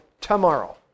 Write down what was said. tomorrow